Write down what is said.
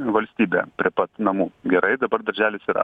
valstybė prie pat namų gerai dabar darželis yra